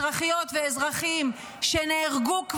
אזרחיות ואזרחים שכבר נהרגו,